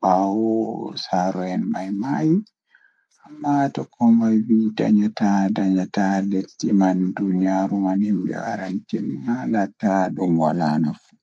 laawol e soodun nder ɗam, hokkataa e fowru e tawti laawol, jeyaaɓe e waɗtude caɗeele. Ko tawa warti ɓe heɓata moƴƴi e maɓɓe e laawol ngal tawa kuutorde kafooje ɓe, yaafa ɓe njogi saɗde e heɓuɓe. Warti wondi kaɓɓe njahi loowaaji ngam jooɗuɓe ɗe waawataa e waɗtuɗe ko wi'a e waɗtude.